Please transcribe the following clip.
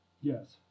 Yes